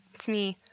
it's me.